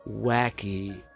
wacky